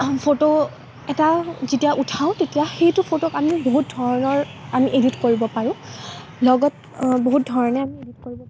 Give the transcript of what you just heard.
photo এটা যেতিয়া উঠাওঁ তেতিয়া সেইটো ফটোক আমি বহুত ধৰণৰ আমি এডিট কৰিব পাৰোঁ লগত বহুত ধৰণে আমি এডিট কৰিব পাৰোঁ